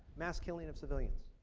mass killing of civilians.